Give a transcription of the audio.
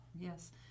yes